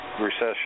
recession